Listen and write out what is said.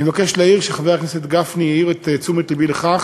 אני מבקש להעיר שחבר הכנסת גפני העיר את תשומת לבי לכך